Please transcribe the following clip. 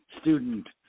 student